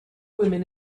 women